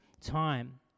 time